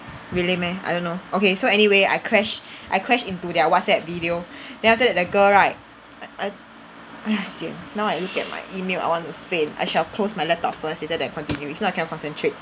really meh I don't know okay so anyway I crashed I crashed into their WhatsApp video then after that the girl right I I !aiya! sian now I look at my email I want to faint I shall close my laptop first later then I continue if not I cannot concentrate